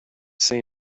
say